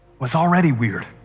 was already weird.